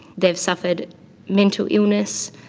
they've suffered mental illness,